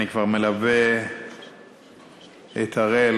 אני כבר מלווה את אראל